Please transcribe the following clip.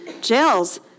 jails